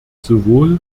sowohl